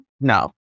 no